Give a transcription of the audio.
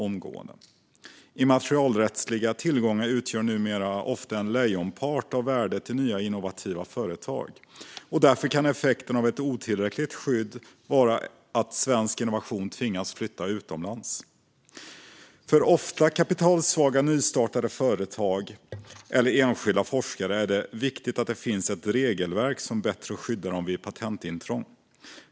Immaterialrättsliga tillgångar utgör numera ofta lejonparten av värdet i nya innovativa företag, och därför kan effekten av ett otillräckligt skydd vara att svensk innovation tvingas flytta utomlands. För, ofta kapitalsvaga, nystartade företag eller enskilda forskare är det viktigt att det finns ett regelverk som bättre skyddar dem vid patentintrång.